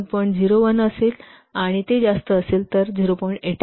0 असेल आणि ते जास्त असेल तर ते 0